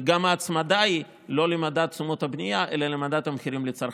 וגם ההצמדה היא לא למדד תשומות הבנייה אלא למדד המחירים לצרכן.